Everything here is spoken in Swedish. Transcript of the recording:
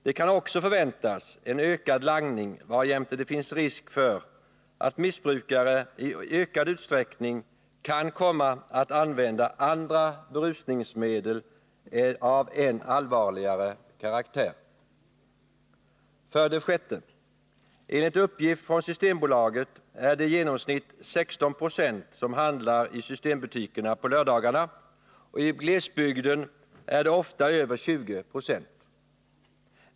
Det kan också förväntas en ökad langning, varjämte det finns risk för att missbrukare i ökad utsträckning kan komma att använda andra berusningsmedel av än allvarligare karaktär. Enligt uppgift från Systembolaget är det i genomsnitt 16 76 som handlar i systembutikerna på lördagarna, och i glesbygden är det ofta över 20 90.